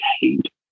hate